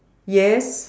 yes